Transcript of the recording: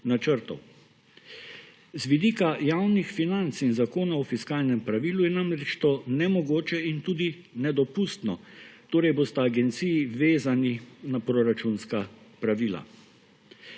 Z vidika javnih financ in Zakona o fiskalnem pravilu je namreč to nemogoče in tudi nedopustno. Torej, bosta agenciji vezani na proračunska pravila.